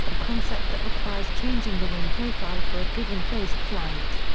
a concept that requires changing the wing profile for a given phase of flight.